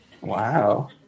Wow